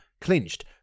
clinched